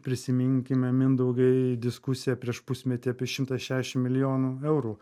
prisiminkime mindaugai diskusiją prieš pusmetį apie šimta šešiasdešim milijonų eurų